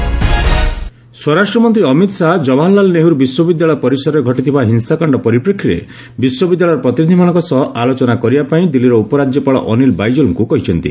କେଏନ୍ୟୁ violence ସ୍ୱରାଷ୍ଟ୍ର ମନ୍ତ୍ରୀ ଅମୀତ୍ ଶାହା ଜବାହରଲାଲ୍ ନେହେରୁ ବିଶ୍ୱବିଦ୍ୟାଳୟ ପରିସରରେ ଘଟିଥିବା ହିଂସାକାଣ୍ଡ ପରିପ୍ରେକ୍ଷୀରେ ବିଶ୍ୱବିଦ୍ୟାଳୟର ପ୍ରତିନିଧିମାନଙ୍କ ସହ ଆଲୋଚନା କରିବାପାଇଁ ଦିଲ୍ଲୀର ଉପରାଜ୍ୟପାଳ ଅନିଲ୍ ବାଇଜଲ୍ଙ୍କୁ କହିଛନ୍ତି